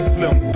Slim